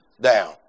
down